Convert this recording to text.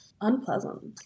unpleasant